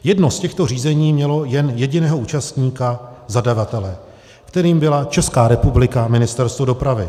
Jedno z těchto řízení mělo jen jediného účastníka, zadavatele, kterým byla Česká republika, Ministerstvo dopravy.